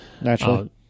Naturally